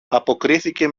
αποκρίθηκε